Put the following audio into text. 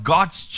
God's